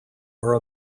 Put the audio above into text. are